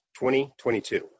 2022